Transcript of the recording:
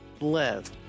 live